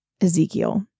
Ezekiel